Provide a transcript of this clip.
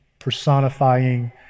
Personifying